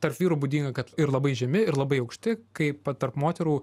tarp vyrų būdinga kad ir labai žemi ir labai aukšti kaip tarp moterų